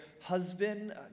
husband